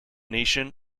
nation